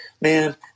man